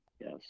Yes